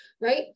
right